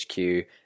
HQ